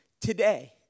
today